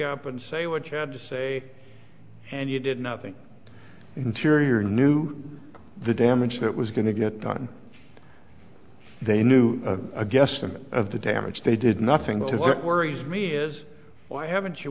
up and say what you had to say and you did nothing interior knew the damage that was going to get done they knew a guesstimate of the damage they did nothing to look worries me is why haven't you